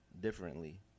differently